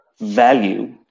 value